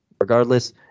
regardless